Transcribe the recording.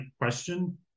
question